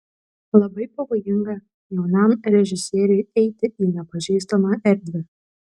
labai pavojinga jaunam režisieriui eiti į nepažįstamą erdvę